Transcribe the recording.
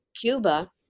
Cuba